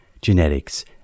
genetics